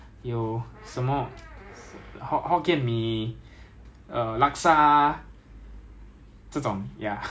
我从 okay 我 before 进去 right before exercising 我是 eighty three after exercising 我是 about seventy six seventy five